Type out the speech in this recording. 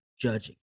judging